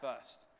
first